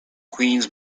queens